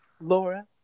Laura